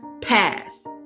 pass